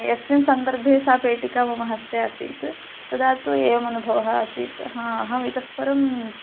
यस्मिन् सन्दर्भे सा पेटिका मम हस्ते आसीत् तदा तु एवम् अनुभवः आसीत् हा अहम् इतः परं